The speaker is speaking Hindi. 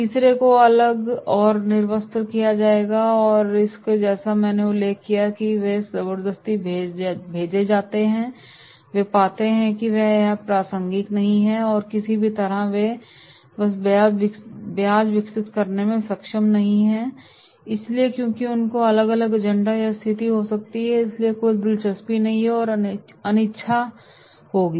तीसरे को अलग या निर्वस्त्र किया जाएगा इसलिए जैसा कि मैंने उल्लेख किया है कि वे जबरदस्ती भेजे जाते हैं और वे पाते हैं कि यह प्रासंगिक नहीं है और किसी भी तरह वे ब्याज को विकसित करने में सक्षम नहीं हैं इसलिए क्योंकि उनके अलग अलग एजेंडा या स्थिति हो सकती है इसलिए कोई दिलचस्पी नहीं है और अनिच्छा वहां होगी